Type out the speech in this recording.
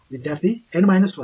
विद्यार्थी एन 1